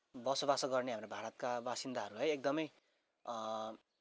बसोबास गर्ने हाम्रो भारतका बासिन्दाहरू है एकदमै